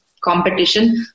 competition